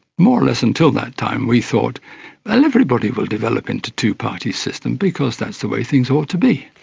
more or less until that time we thought and everybody will develop into a two party system because that's the way things ought to be.